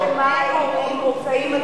גם אקדמאים נמצאים מתחת לקו העוני.